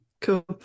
cool